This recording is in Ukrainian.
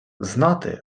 знати